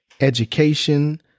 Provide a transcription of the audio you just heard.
education